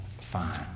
fine